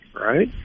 right